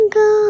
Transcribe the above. go